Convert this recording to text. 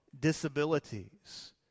disabilities